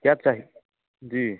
क्या चाहिए जी